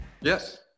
Yes